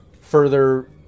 further